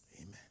Amen